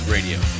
Radio